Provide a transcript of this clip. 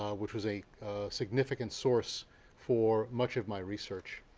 um which was a significant source for much of my research.